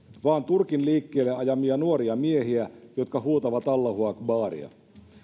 vaan turkin liikkeelle ajamia nuoria miehiä jotka huutavat allahu akbaria